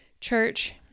church